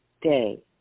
day